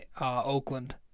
Oakland